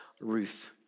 Ruth